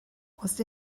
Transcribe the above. oes